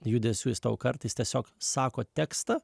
judesių jisai tau kartais tiesiog sako tekstą